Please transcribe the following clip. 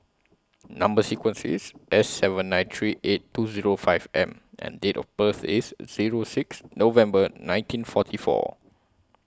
Number sequence IS S seven nine three eight two Zero five M and Date of birth IS Zero six November nineteen forty Our